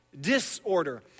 disorder